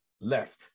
left